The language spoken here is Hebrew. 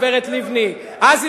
איפה?